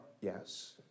Yes